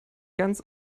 ganz